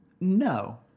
No